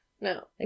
No